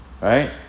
right